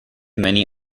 many